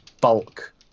bulk